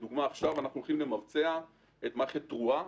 אנחנו הולכים למבצע עכשיו את מערכת תרועה.